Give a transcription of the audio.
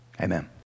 Amen